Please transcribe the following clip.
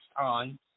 times